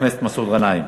חבר הכנסת מסעוד גנאים.